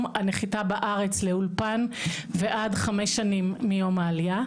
הנחיתה בארץ לאולפן ועד חמש שנים מיום העלייה,